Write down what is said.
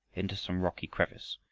into some rocky crevice,